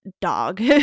dog